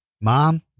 mom